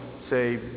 say